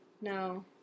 No